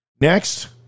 Next